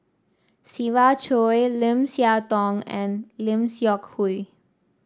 Siva Choy Lim Siah Tong and Lim Seok Hui